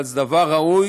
אבל זה דבר ראוי,